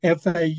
FAU